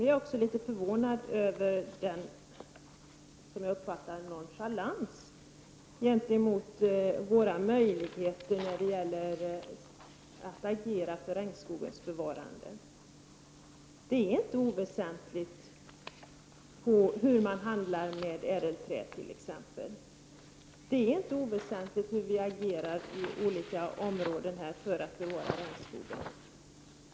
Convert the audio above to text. Jag är också litet förvånad över — som jag uppfattar det — den nonchalans som visas gentemot våra möjligheter att agera för regnskogens bevarande. Det är inte oväsentligt hur t.ex. handeln med ädelträ går till eller hur vi agerar på olika områden för att bevara regnskogen.